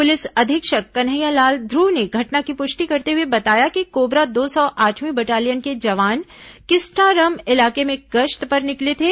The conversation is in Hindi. पुलिस अधीक्षक कन्हैयालाल ध्रुव ने घटना की पुष्टि करते हुए बताया कि कोबरा दो सौ आठवीं बटालियन के जवान किस्टारम इलाके में गश्त पर निकले थे